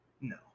No